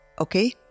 okay